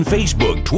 Facebook